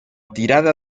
tirada